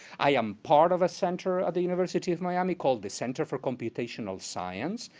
i am part of a center at the university of miami, called the center for computational science,